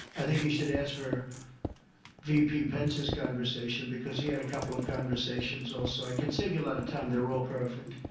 i think you should ask for v p. pence's conversation because he had a couple of conversations, also. i could save you a lot of time. they were all perfect.